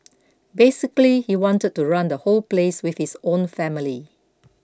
basically he wanted to run the whole place with his own family